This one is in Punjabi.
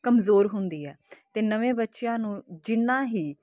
ਕਮਜ਼ੋਰ ਹੁੰਦੀ ਹੈ ਅਤੇ ਨਵੇਂ ਬੱਚਿਆਂ ਨੂੰ ਜਿੰਨਾ ਹੀ